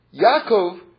Yaakov